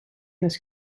this